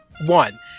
one